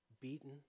Beaten